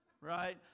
right